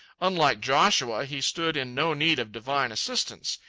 unlike joshua, he stood in no need of divine assistance.